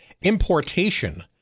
importation